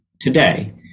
today